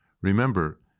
Remember